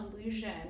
illusion